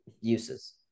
uses